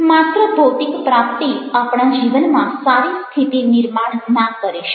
માત્ર ભૌતિક પ્રાપ્તિ આપણા જીવનમાં સારી સ્થિતિ નિર્માણ ના કરી શકે